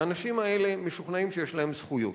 האנשים האלה משוכנעים שיש להם זכויות,